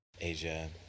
Asia